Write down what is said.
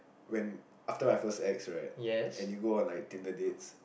when after I first ex right then they go on like Tinder dates